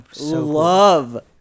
love